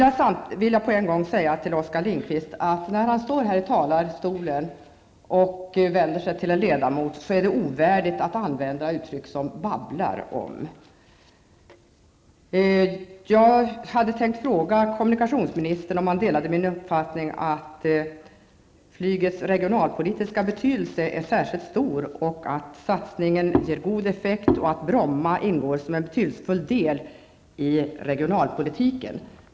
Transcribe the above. Jag vill till Oskar Lindkvist säga, att när han står här i talarstolen och vänder sig till en ledamot är det ovärdigt att använda uttryck som ''babblar om''. Jag hade tänkt fråga kommunikationsministern om han delar min uppfattning att flygets regionalpolitiska betydelse är särskilt stor, att satsningen ger god effekt och att Bromma ingår som en betydelsefull del i regionalpolitiken.